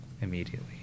immediately